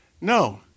No